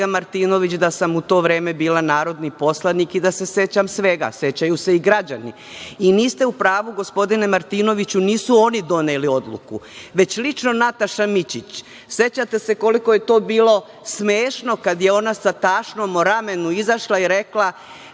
Martinović da sam u to vreme bila narodni poslanik i da se sećam svega. Sećaju se i građani. Niste u pravu, gospodine Martinoviću, nisu oni doneli odluku, već lično Nataša Mićić. Sećate se koliko je to bilo smešno kada je ona sa tašnom na ramenu izašla i rekla